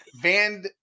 Van